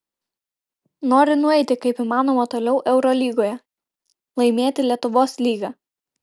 noriu nueiti kaip įmanoma toliau eurolygoje laimėti lietuvos lygą